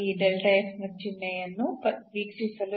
ಈ ಋಣಾತ್ಮಕ ಧನಾತ್ಮಕ ಈಗ ಅದನ್ನು ಋಣಾತ್ಮಕವಾಗಿ ಮಾಡುತ್ತದೆ